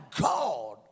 God